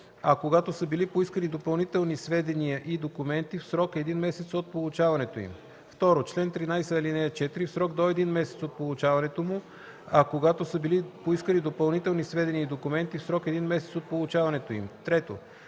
а когато са били поискани допълнителни сведения и документи – в срок един месец от получаването им; 2. член 13, ал. 4 – в срок до един месец от получаването му, а когато са били поискани допълнителни сведения и документи – в срок един месец от получаването им; 3.